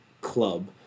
club